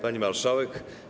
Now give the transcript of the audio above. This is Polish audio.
Pani Marszałek!